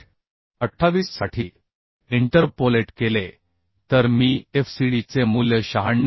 28 साठी इंटरपोलेट केले तर मी FCD चे मूल्य 96